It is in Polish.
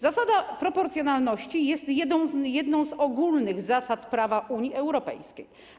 Zasada proporcjonalności jest jedną z ogólnych zasad prawa Unii Europejskiej.